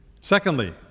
Secondly